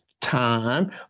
time